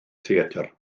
theatr